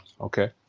okay